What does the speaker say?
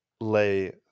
lay –